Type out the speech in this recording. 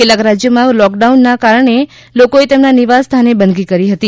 કેટલાક રાજ્યોમાં લોકડાઉનના કારણે લોકોએ તેમના નિવાસ સ્થાને બંદગી કરી હતી